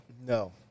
No